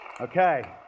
Okay